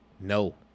no